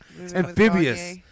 amphibious